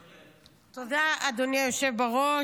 תודה, אדוני היושב בראש.